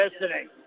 listening